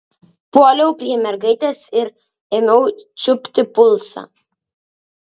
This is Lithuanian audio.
puoliau prie mergaitės ir ėmiau čiuopti pulsą